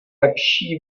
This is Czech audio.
lepší